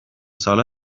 ساله